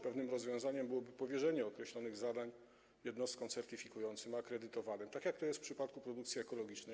Pewnym rozwiązaniem byłoby może powierzenie określonych zadań jednostkom certyfikującym akredytowanym, tak jak to jest w przypadku produkcji ekologicznej.